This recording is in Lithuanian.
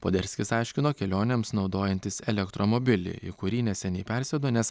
poderskis aiškino kelionėms naudojantis elektromobilį į kurį neseniai persėdo nes